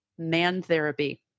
Mantherapy